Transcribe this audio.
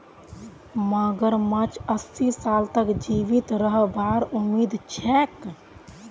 मगरमच्छक अस्सी साल तक जीवित रहबार उम्मीद छेक